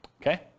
Okay